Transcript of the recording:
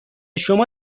شما